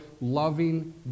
loving